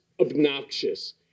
obnoxious